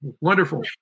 Wonderful